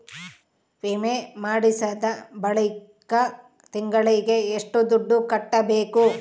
ವಿಮೆ ಮಾಡಿಸಿದ ಬಳಿಕ ತಿಂಗಳಿಗೆ ಎಷ್ಟು ದುಡ್ಡು ಕಟ್ಟಬೇಕು?